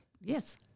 Yes